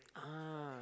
ah